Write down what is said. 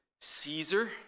Caesar